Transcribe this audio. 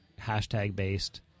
hashtag-based